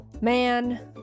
man